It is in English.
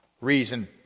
reason